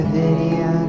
video